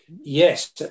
Yes